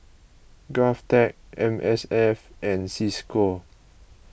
Govtech M S F and Cisco